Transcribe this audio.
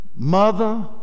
Mother